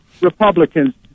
Republicans